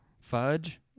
Fudge